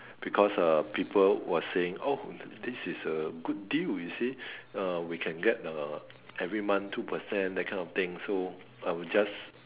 because uh people was saying oh this is a good deal you see uh we can get uh every month two percent that kind of thing so I'll just